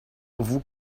vous